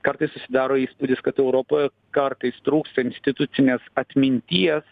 kartais susidaro įspūdis kad europoje kartais trūksta institucinės atminties